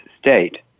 state